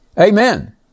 Amen